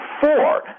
four